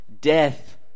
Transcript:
Death